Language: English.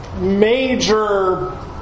major